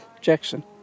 Jackson